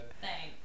Thanks